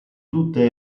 tutte